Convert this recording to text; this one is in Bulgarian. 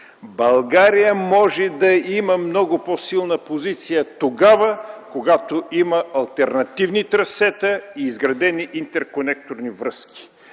България може да има много по-силна позиция тогава, когато има алтернативни трасета и изградени интерконекторни връзки.